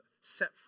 set